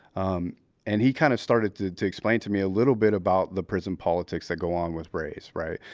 um and he kind of started to to explain to me a little bit about the prison politics that go on with race, right.